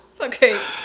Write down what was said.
Okay